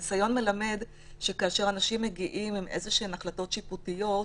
הניסיון מלמד שכאשר אנשים מגיעים עם איזה שהן החלטות שיפוטיות,